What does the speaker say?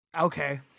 okay